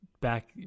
back